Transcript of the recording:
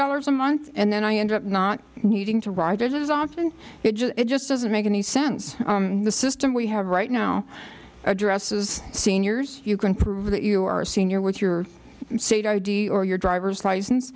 dollars a month and then i end up not needing to ride it as often it just it just doesn't make any sense the system we have right now addresses seniors you can prove that you are a senior with your state id or your driver's